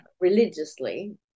religiously